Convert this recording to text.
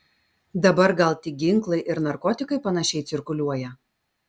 dabar gal tik ginklai ir narkotikai panašiai cirkuliuoja